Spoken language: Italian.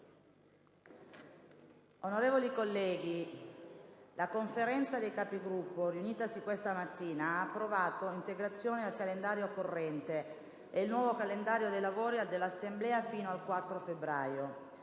Onorevoli colleghi, la Conferenza dei Capigruppo, riunitasi questa mattina, ha approvato integrazioni al calendario corrente e il nuovo calendario dei lavori dell'Assemblea fino al 4 febbraio.